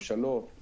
ממשלות,